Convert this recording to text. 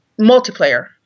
multiplayer